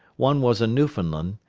one was a newfoundland,